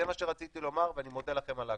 זה מה שרציתי לומר ואני מודה לכם על ההקשבה.